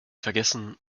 vergessen